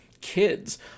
kids